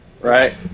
Right